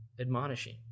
admonishing